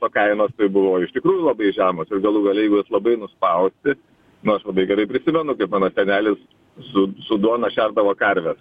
o kainos tai buvo iš tikrųjų labai žemos ir galų gale jeigu jas labai nuspauti nu aš labai gerai prisimenu kaip mano senelis su su duona šerdavo karves